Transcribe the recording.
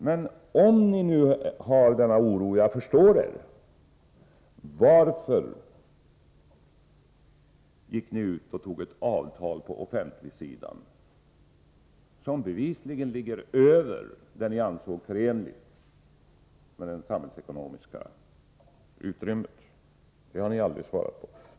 Men om ni nu känner denna oro — och jag förstår er — varför gick ni ut och träffade ett avtal på den offentliga sidan som bevisligen ligger över det ni ansåg vara förenligt med det samhällsekonomiska utrymmet? Den frågan har ni aldrig svarat på.